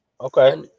Okay